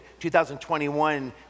2021